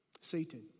Satan